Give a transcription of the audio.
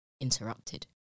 interrupted